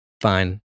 fine